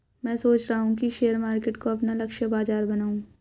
मैं सोच रहा हूँ कि शेयर मार्केट को अपना लक्ष्य बाजार बनाऊँ